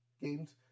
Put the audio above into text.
games